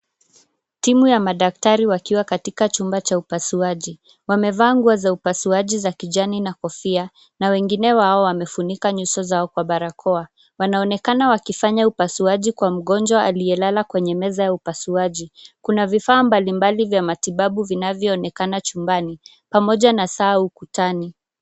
Timu ya madaktari wakiwa katika chumba cha upasuaji. Wamevaa nguo za upasuaji za kijani na kofia na wengine wao wamefunika nyuso zao kwa barakoa. Wanaonekana wakifanya upasuaji kwa mgonjwa aliyelala kwenye meza ya upasuaji. Kuna vifaa mbalimbali vya matibabu vinavyoonekana chumbani pamoja na saa ukutani.